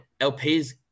LPs